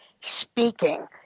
speaking